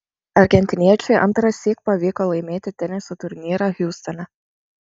argentiniečiui antrąsyk pavyko laimėti teniso turnyrą hjustone